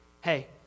Hey